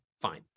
Fine